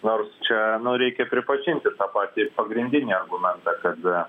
nors čia reikia pripažinti ir tą patį pagrindinį argumentą kad a